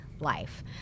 life